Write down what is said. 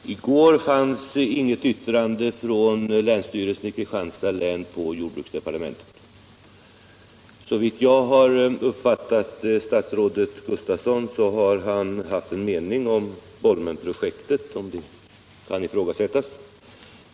Herr talman! I går fanns inget yttrande från länsstyrelsen i Kristianstads län på jordbruksdepartementet. Såvitt jag har uppfattat det har statsrådet Gustavsson haft en mening om Bolmenprojektet, om nu det kan ifrågasättas.